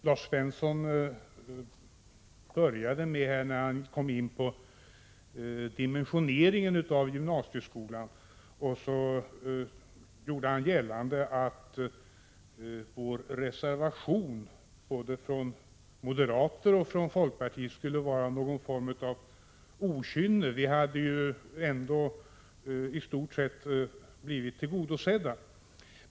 Herr talman! Lars Svensson talade om dimensioneringen av gymnasieskolan och gjorde gällande att vår reservation, både från moderater och folkpartister skulle vara någon form av okynne — vi hade ju ändå i stort sett blivit tillgodosedda.